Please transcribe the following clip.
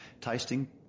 tasting